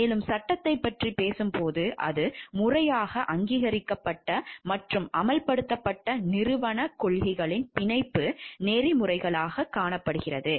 மேலும் சட்டத்தைப் பற்றி பேசும்போது அது முறையாக அங்கீகரிக்கப்பட்ட மற்றும் அமல்படுத்தப்பட்ட நிறுவனக் கொள்கைகளின் பிணைப்பு நெறிமுறைகள் ஆகும்